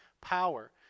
power